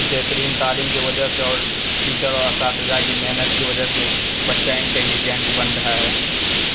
بہترین تعلیم کے وجہ سے اور ٹیچر اور اساتذہ کی محنت کی وجہ سے بچہ انٹیلیجنٹ بن رہا ہے